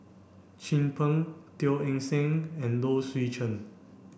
Chin Peng Teo Eng Seng and Low Swee Chen